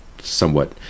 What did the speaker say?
somewhat